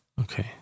Okay